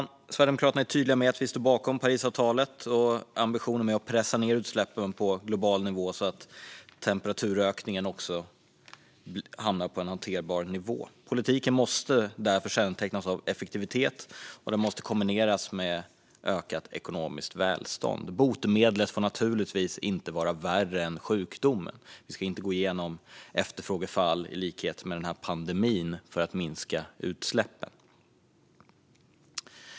Vi sverigedemokrater är tydliga med att vi står bakom Parisavtalet och ambitionen att pressa ned utsläppen på global nivå så att temperaturökningen hamnar på en hanterbar nivå. Politiken måste därför kännetecknas av effektivitet, och den måste kombineras med ökat ekonomiskt välstånd. Botemedlet får naturligtvis inte vara värre än sjukdomen. Vi ska inte gå igenom efterfrågefall i likhet med det under pandemin för att minska utsläppen.